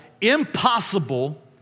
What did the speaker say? impossible